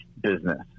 business